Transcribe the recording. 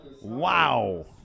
Wow